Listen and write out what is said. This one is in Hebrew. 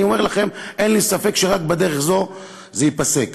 אני אומר לכם, אין לי ספק שרק בדרך זו זה ייפסק.